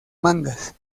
mangas